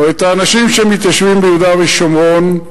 או את האנשים שמתיישבים ביהודה ושומרון,